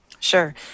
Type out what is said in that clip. Sure